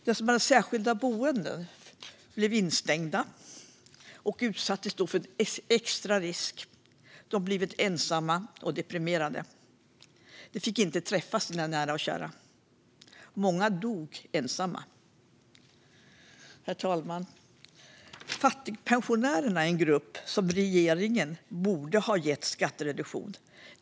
De som har bott på särskilda boenden blev instängda och utsattes då för en extra risk då de blivit ensamma och deprimerade. De fick inte träffa sina nära och kära. Många dog ensamma. Herr ålderspresident! Fattigpensionärerna är en grupp som regeringen borde ha gett skattereduktion.